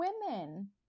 women